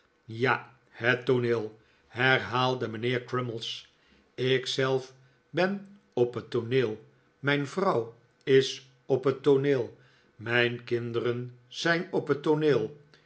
ja het tooneel herhaalde mijnheer crummies ik zelf ben op het tooneel mijn vrouw is op het tooneel mijn kinderen zijn op het tooneel